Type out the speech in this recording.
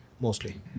mostly